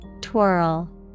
Twirl